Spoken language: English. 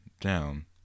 down